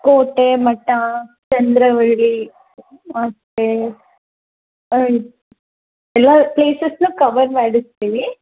ಕೋಟೆ ಮಠ ಚಂದ್ರವಳ್ಳಿ ಮತ್ತು ಎಲ್ಲ ಪ್ಲೇಸಸನ್ನು ಕವರ್ ಮಾಡಿಸ್ತೀವಿ